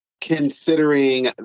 considering